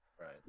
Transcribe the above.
Right